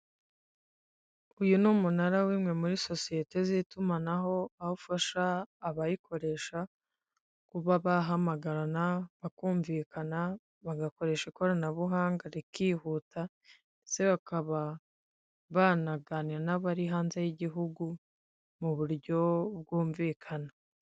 Uyu ni umunara w'imwe muri sosiyete z'itumanaho, aho ufasha abayikoresha kuba bahamagarana bakumvikana, bagakoresha ikoranabuhanga rikihuta ndetse bakaba banaganira n'abari hanze y'igihugu, mu buryo bwumvikana.